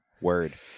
Word